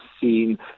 seen